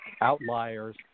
outliers